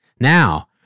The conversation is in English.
Now